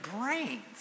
brains